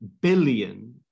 billion